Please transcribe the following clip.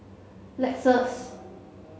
Lexus